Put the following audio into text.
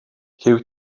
huw